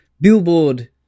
billboard